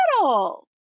little